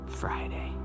friday